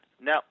Now